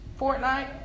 Fortnite